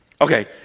okay